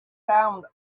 sound